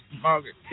Margaret